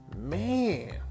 Man